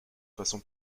façon